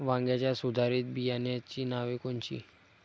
वांग्याच्या सुधारित बियाणांची नावे कोनची?